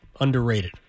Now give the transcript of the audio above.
underrated